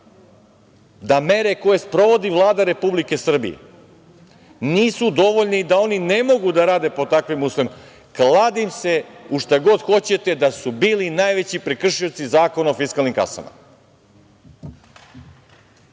da mere koje sprovodi Vlada Republike Srbije nisu dovoljni da oni ne mogu da rade pod takvim uslovima, kladim se u šta god hoćete da su bili najveći prekršioci Zakona o fiskalnim kasama,